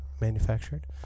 manufactured